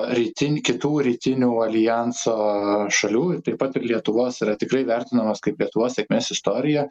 rytin kitų rytinių aljanso šalių taip pat ir lietuvos yra tikrai vertinamas kaip lietuvos sėkmės istorija